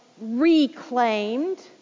reclaimed